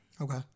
Okay